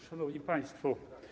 Szanowni Państwo!